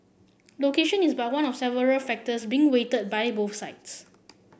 location is but one of several factors being weighed by both sides